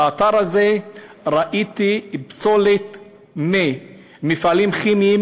באתר הזה ראיתי פסולת ממפעלים כימיים,